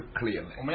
clearly